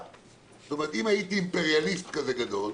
זאת אומרת, אם הייתי אימפריאליסט כזה גדול,